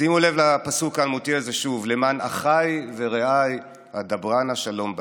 שימו לב לפסוק האלמותי הזה שוב: "למען אחי ורעי אדברה נא שלום בך"